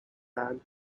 fan